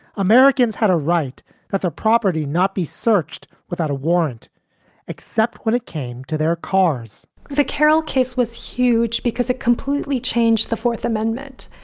americans had a right that their property not be searched without a warrant except when it came to their cars the carroll case was huge because it completely changed the fourth amendment.